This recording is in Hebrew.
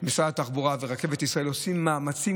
משרד התחבורה ורכבת ישראל עושים מאמצים